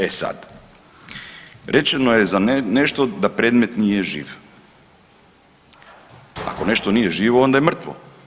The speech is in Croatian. E sad, rečeno je nešto da predmet nije živ, ako nešto nije živo onda je mrtvo.